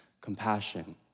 compassion